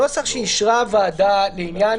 הנוסח שאישרה הוועדה לעניין